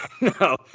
no